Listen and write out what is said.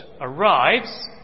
arrives